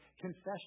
confession